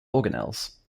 organelles